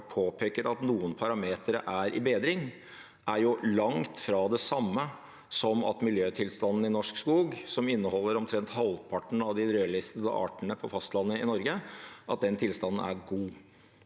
påpeker at noen parametere er i bedring, er jo langt fra det samme som at miljøtilstanden i norsk skog, som inneholder omtrent halvparten av de rødlistede artene på fastlandet i Norge, er god.